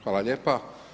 Hvala lijepa.